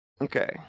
Okay